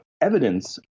evidence